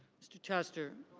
mr. tessler.